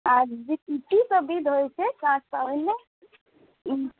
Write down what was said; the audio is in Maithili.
आओर की सब विध होइ छै छठ पाबनिमे